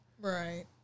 Right